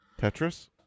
Tetris